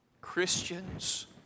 Christians